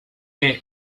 est